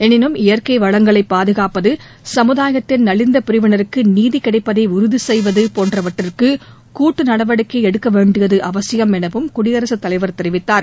எனினும் இபற்கை வளங்களை பாதுகாப்பது சமுதாயத்தின் நலிந்த பிரிவினருக்கு நீதி கிடைப்பதை உறுதி செய்வது போன்றவற்றிற்கு கூட்டு நடவடிக்கை எடுக்க வேண்டியது அவசியம் எனவும் குடியரசுத் தலைவர் தெரிவித்தார்